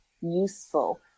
useful